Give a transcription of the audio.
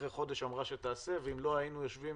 אחרי חודש אמרה שתעשה, ואם לא היינו יושבים